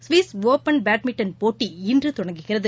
Swiss Open badminton போட்டி இன்றுதொடங்குகிறது